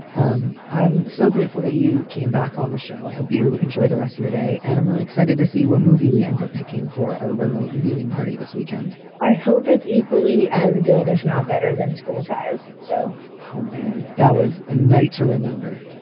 um i'm so grateful that you came back on the show. i hope you enjoy the rest of your day. and i'm really excited to see what movie we end up picking for our remote viewing party this weekend i hope it's equally as good, if not better, than school ties so home then? that was a night to remember.